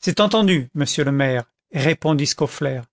c'est entendu monsieur le maire répondit scaufflaire